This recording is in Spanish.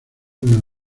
una